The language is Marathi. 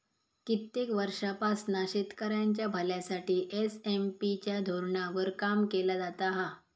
कित्येक वर्षांपासना शेतकऱ्यांच्या भल्यासाठी एस.एम.पी च्या धोरणावर काम केला जाता हा